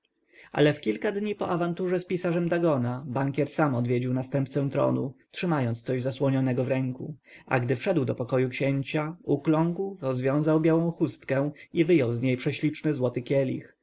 ale w kilka dni po awanturze z pisarzem dagona bankier sam odwiedził następcę tronu trzymając coś zasłoniętego w ręku a gdy wszedł do pokoju księcia ukląkł rozwiązał białą chustkę i wyjął z niej prześliczny złoty